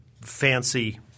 fancy